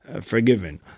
forgiven